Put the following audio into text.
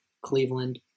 Cleveland